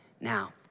Now